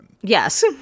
Yes